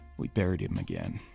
we buried him again.